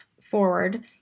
forward